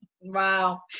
Wow